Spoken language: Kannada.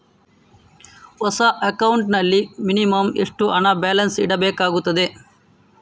ಹೊಸ ಅಕೌಂಟ್ ನಲ್ಲಿ ಮಿನಿಮಂ ಎಷ್ಟು ಹಣ ಬ್ಯಾಲೆನ್ಸ್ ಇಡಬೇಕಾಗುತ್ತದೆ?